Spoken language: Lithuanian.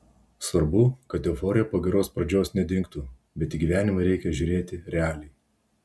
svarbu kad euforija po geros pradžios nedingtų bet į gyvenimą reikia žiūrėti realiai